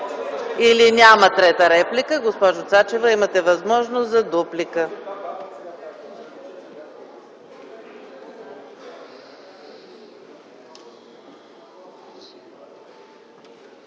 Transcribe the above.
Има ли трета реплика? Няма. Госпожо Цачева, имате възможност за дуплика.